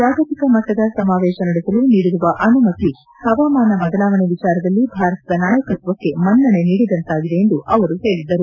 ಜಾಗತಿಕ ಮಟ್ಟದ ಸಮಾವೇಶ ನಡೆಸಲು ನೀಡಿರುವ ಅನುಮತಿ ಹವಾಮಾನ ಬದಲಾವಣೆ ವಿಚಾರದಲ್ಲಿ ಭಾರತದ ನಾಯಕತ್ತಕ್ಷೆ ಮನ್ನಣೆ ನೀಡಿದಂತಾಗಿದೆ ಎಂದು ಅವರು ಹೇಳಿದ್ದರು